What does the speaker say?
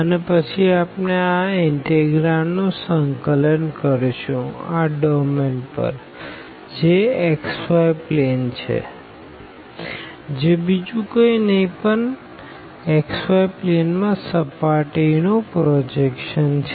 અને પછી આપણે આ ઇનટેગ્રાંડ નું સંકલન કરશું આ ડોમેન પર જે xy પ્લેન છે જે બીજું કઈ નહિ પણ xy પ્લેન માં સર્ફેસનું પ્રોજેક્શન છે